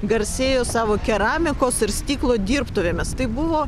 garsėjo savo keramikos ir stiklo dirbtuvėmis tai buvo